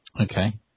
Okay